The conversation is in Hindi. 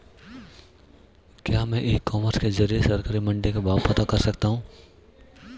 क्या मैं ई कॉमर्स के ज़रिए सरकारी मंडी के भाव पता कर सकता हूँ?